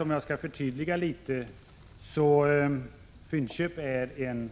Om jag skall förtydliga något så var Fyndköp från början en